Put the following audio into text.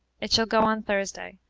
it shall go on thursday.